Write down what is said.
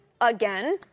again